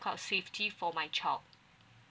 kind of safety for my child